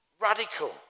Radical